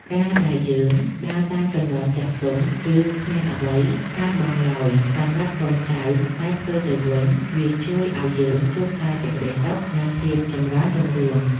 ការដែលយើងដើរតាមគន្លងចាស់ទុំ គឺគ្មានអ្វីខាតបង់ឡើយសម្រាប់កូនចៅតែផ្ទុយទៅវិញវាជួយឱ្យយើងជួបតែសេចក្តីសុខ និងភាពចម្រើនរុងរឿង។